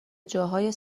جاهای